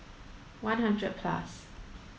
one hundred plus